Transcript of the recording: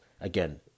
again